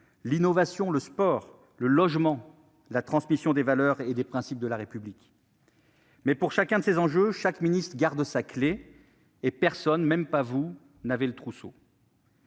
l'innovation, le sport, le logement, ou encore la transmission des valeurs et des principes de la République. Mais pour chacun de ces enjeux, chaque ministre garde sa clé et personne- même pas vous, madame la